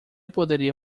poderia